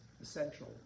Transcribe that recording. essential